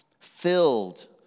filled